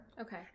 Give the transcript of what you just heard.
Okay